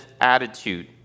attitude